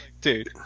dude